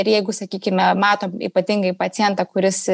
ir jeigu sakykime matom ypatingai pacientą kuris